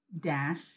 dash